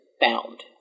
found